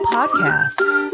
Podcasts